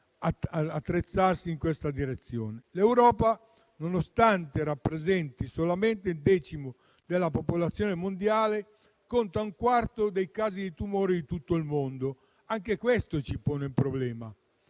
L'Europa, nonostante rappresenti solamente un decimo della popolazione mondiale, conta un quarto dei casi di tumore di tutto il mondo. Anche questo ci pone un problema.